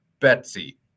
Betsy